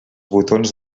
botons